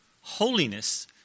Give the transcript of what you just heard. Holiness